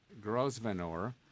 Grosvenor